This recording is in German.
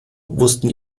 wussten